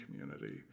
community